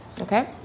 okay